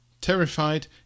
terrified